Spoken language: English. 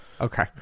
Okay